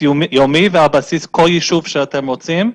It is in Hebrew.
יומי ועל בסיס כל יישוב שאתם רוצים.